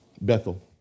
Bethel